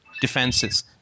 defenses